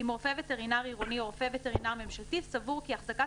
אם רופא וטרינר עירוני או רופא וטרינר ממשלתי סבור כי החזקת